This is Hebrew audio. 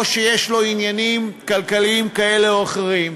או שיש לו עניינים כלכליים כאלה או אחרים,